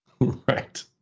right